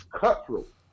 cutthroat